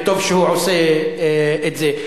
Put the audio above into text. וטוב שהוא עושה את זה.